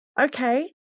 Okay